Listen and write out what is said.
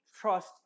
trust